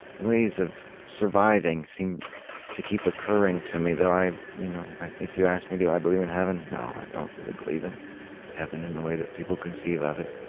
ways of surviving seem to keep occurring to me, though you know if you ask me, do i believe in heaven? no, i don't really believe in heaven in the way that people conceive of it.